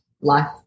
life